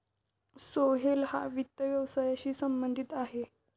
सोहेल हा वित्त व्यवसायाशी संबंधित आहे